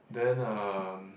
then uh